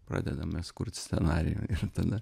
pradedam mes kurt scenarijų ir tada